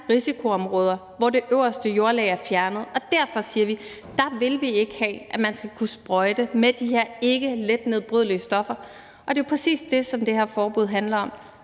risikoområder, hvor det øverste jordlag er fjernet. Derfor siger vi, at der vil vi ikke have, at man skal kunne sprøjte med de her ikke let nedbrydelige stoffer. Det er præcis det, det her forbud handler om.